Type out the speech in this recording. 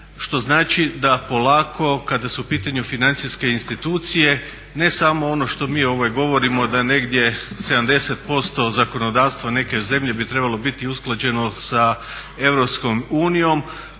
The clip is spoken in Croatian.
što znači da polako kada su u pitanju financijske institucije ne samo ono što mi govorimo da negdje 70% zakonodavstva neke zemlje bi trebalo biti usklađeno sa